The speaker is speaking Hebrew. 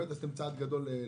עשיתם באמת צעד גדול למשק.